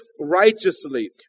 righteously